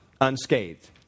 unscathed